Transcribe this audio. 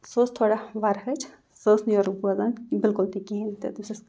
سُہ ٲس تھوڑا وَرٕہٕج سۄ ٲس نہٕ یورُک بوزان بلکل تہِ کِہیٖنۍ تہِ تہٕ سۄ ٲس